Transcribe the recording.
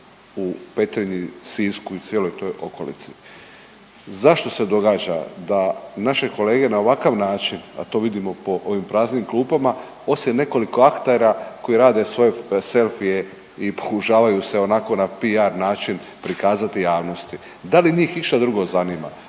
u Petrinji, Sisku i cijeloj toj okolici. Zašto se događa da naše kolege na ovakav način, a to vidimo po ovim praznim klupama poslije nekoliko aktera koji rade svoje selfie i pokušavaju se onako na PR način prikazati javnosti. Da li njih išta drugo zanima?